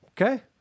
Okay